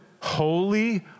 holy